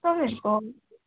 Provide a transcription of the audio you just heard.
तपाईँहरूको